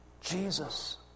Jesus